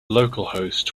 localhost